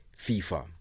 FIFA